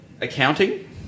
Accounting